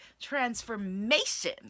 transformation